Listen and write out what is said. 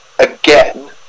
Again